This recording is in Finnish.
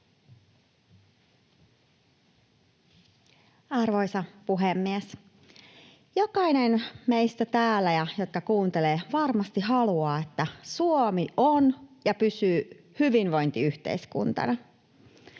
Arvoisa puhemies! Jokainen meistä täällä, joka kuuntelee, varmasti haluaa, että Suomi on ja pysyy hyvinvointiyhteiskuntana.